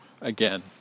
again